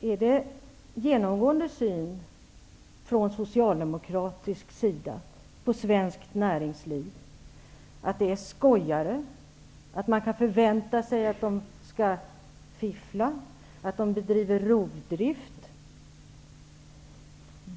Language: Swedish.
Fru talman! Är det Socialdemokraternas genomgående syn på svensk näringsliv att de är skojare, att man kan förvänta sig att de skall fiffla och att de bedriver rovdrift?